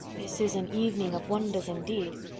this is an evening of wonders, indeed!